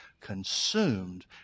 consumed